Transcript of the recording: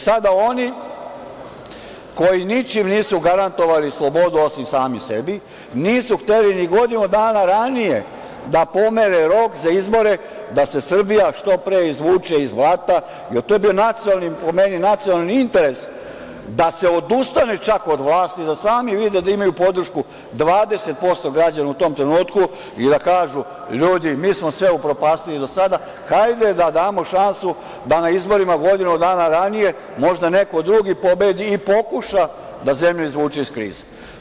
Sada, oni koji ničim nisu garantovali slobodu osim sami sebi, nisu hteli ni godinu dana ranije da pomere rok za izbore da se Srbija što pre izvuče iz blata, jer to je po meni bio nacionalni interes da se odustane čak od vlast, da sami vide da imaju podršku 20% građana u tom trenutku i da kažu – ljudi, mi smo sve upropastili do sada, hajde da damo šansu da na izborima godinu dana ranije možda neko drugi pobedi i pokuša da zemlju izvuče iz krize.